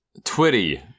Twitty